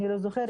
אני לא זוכרת,